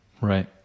Right